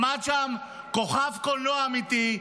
עמד שם כוכב קולנוע אמיתי,